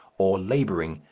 or labouring,